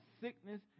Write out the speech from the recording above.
sickness